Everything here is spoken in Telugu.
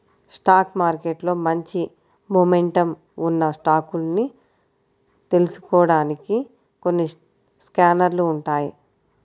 స్టాక్ మార్కెట్లో మంచి మొమెంటమ్ ఉన్న స్టాకుల్ని తెలుసుకోడానికి కొన్ని స్కానర్లు ఉంటాయ్